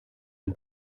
and